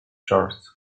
charts